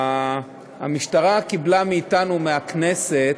המשטרה קיבלה מאתנו, מהכנסת,